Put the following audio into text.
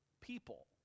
people